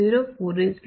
04 is less than 0